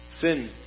Sin